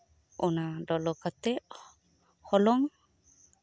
ᱚᱱᱟ ᱞᱚᱞᱚ ᱠᱟᱛᱮᱜ ᱦᱚᱞᱚᱝ